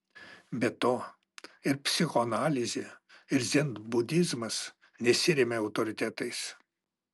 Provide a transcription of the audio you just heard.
be to ir psichoanalizė ir dzenbudizmas nesiremia autoritetais